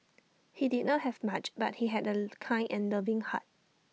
he did not have much but he had A kind and loving heart